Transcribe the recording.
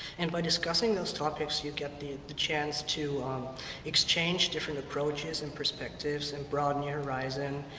and by discussing those topics you get the the chance to exchange different approaches and perspectives, and broaden your horizon.